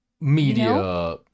Media